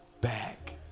back